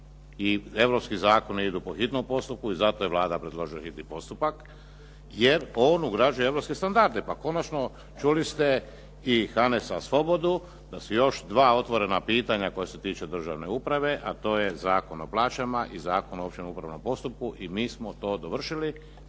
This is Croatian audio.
i europski zakoni idu po hitnom postupku i zato je Vlada predložila hitni postupak jer on ugrađuje europske standarde. Pa konačno, čuli ste i Hanesa Svobodu da su još dva otvorena pitanja koja se tiču državne uprave, a to je Zakon o plaćama i Zakon o općem upravom postupku i mi smo to dovršili,